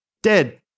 Dead